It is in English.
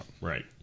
Right